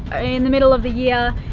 in the middle of the year,